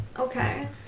Okay